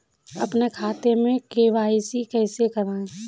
अपने खाते में के.वाई.सी कैसे कराएँ?